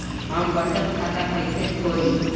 हम बचत खाता कईसे खोली?